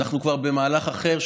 אנחנו כבר במהלך אחר,